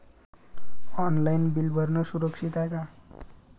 Online bill भरनं सुरक्षित हाय का?